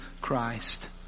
Christ